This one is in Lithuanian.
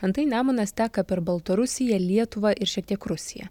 antai nemunas teka per baltarusiją lietuvą ir šiek tiek rusiją